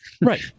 Right